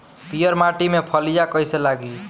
पीयर माटी में फलियां कइसे लागी?